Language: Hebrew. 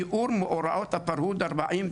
תיאור מאורעות הפרהוד,